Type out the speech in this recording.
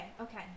Okay